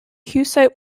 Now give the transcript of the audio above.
hussite